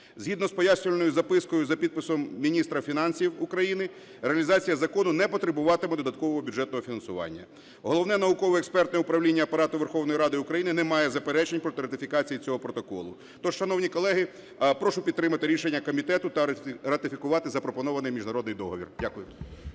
Згідно з пояснювальною запискою за підписом міністра фінансів України реалізація закону не потребуватиме додаткового бюджетного фінансування. Головне науково-експертне управління Апарату Верховної Ради України не має заперечень проти ратифікації цього протоколу. Тож, шановні колеги, прошу підтримати рішення комітету та ратифікувати запропонований міжнародний договір. Дякую.